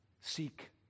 Seek